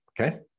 Okay